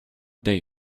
they